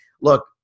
look